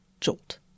jolt